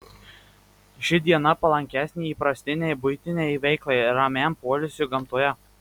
ši diena palankesnė įprastinei buitinei veiklai ramiam poilsiui gamtoje